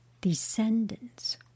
descendants